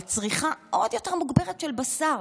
לצריכה עוד יותר מוגברת של בשר.